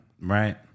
Right